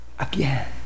again